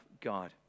God